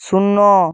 শূন্য